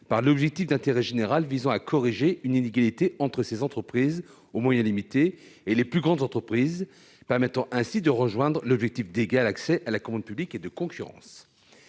par l'objectif d'intérêt général visant à corriger une inégalité entre ces entreprises aux moyens limités et les plus grandes entreprises, permettant ainsi de rejoindre l'objectif d'égal accès à la commande publique et de concurrence